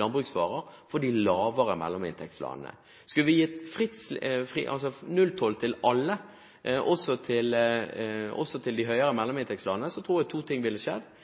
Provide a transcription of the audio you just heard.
landbruksvarer for de lavere mellominntektslandene. Skulle vi gitt nulltoll til alle, også til de høyere mellominntektslandene, tror jeg to ting ville skjedd.